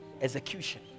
execution